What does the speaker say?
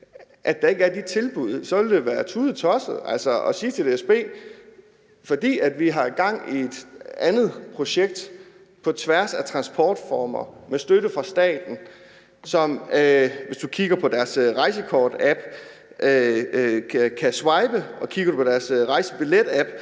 der ikke er de tilbud, ville det være tudetosset at sige det til DSB, altså fordi vi har gang i et andet projekt på tværs af transportformer med støtte fra staten. Hvis du kigger på deres rejsekortapp, kan du swipe, og kigger du på deres rejsebilletapp,